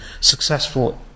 successful